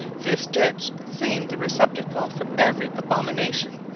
this ditch seemed the receptacle for every abomination,